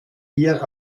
hier